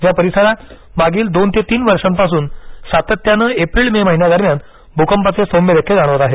या परिसरात मागील दोन ते तीन वर्षांपासून सातत्याने एप्रिल मे महिन्यादरम्यान भूकंपाचे सौम्य धक्के जाणवत आहेत